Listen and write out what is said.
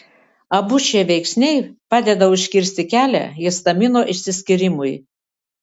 abu šie veiksniai padeda užkirsti kelią histamino išsiskyrimui